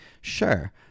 sure